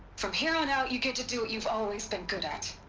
from here on out you get to do what you've always been good at.